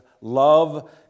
Love